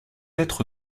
être